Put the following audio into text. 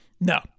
No